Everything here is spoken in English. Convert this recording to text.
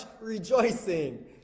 rejoicing